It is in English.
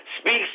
speaks